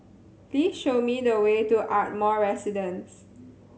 please show me the way to Ardmore Residence